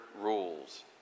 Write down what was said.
rules